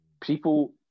People